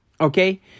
okay